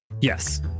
Yes